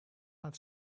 had